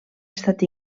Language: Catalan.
estat